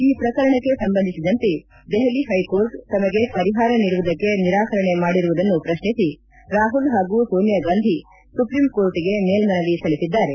ಈ ಪ್ರಕರಣಕ್ಕೆ ಸಂಬಂಧಿಸಿದಂತೆ ದೆಹಲಿ ಹೈಕೋರ್ಟ್ ತಮಗೆ ಪರಿಹಾರ ನೀಡುವುದಕ್ಕೆ ನಿರಾಕರಣೆ ಮಾಡಿರುವುದನ್ನು ಶ್ರಶ್ನಿಸಿ ರಾಹುಲ್ ಹಾಗೂ ಸೋನಿಯಾ ಗಾಂಧಿ ಸುಪ್ರೀಂ ಕೋರ್ಟ್ಗೆ ಮೇಲ್ದನವಿ ಸಲ್ಲಿಸಿದ್ದಾರೆ